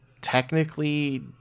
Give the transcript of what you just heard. technically